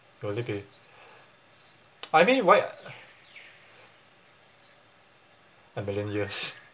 pay I mean why a million years